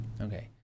Okay